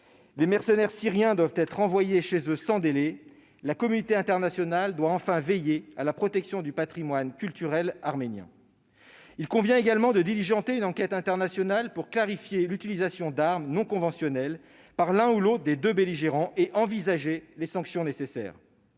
Les mercenaires syriens doivent être renvoyés chez eux sans délai. La communauté internationale doit, enfin, veiller à la protection du patrimoine culturel arménien. Il convient également de diligenter une enquête internationale pour clarifier l'utilisation d'armes non conventionnelles par l'un ou l'autre des deux belligérants et envisager les sanctions nécessaires.